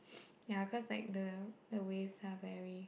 ya cause like the the waves are very